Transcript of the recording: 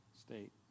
State